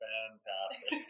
Fantastic